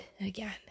again